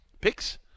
Picks